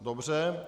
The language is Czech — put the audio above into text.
Dobře.